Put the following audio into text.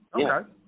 Okay